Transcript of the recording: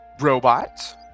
robot